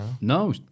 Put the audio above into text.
no